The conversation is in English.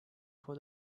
for